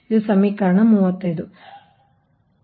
ಇದು ಸಮೀಕರಣ 35